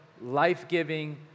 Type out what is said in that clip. life-giving